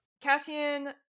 Cassian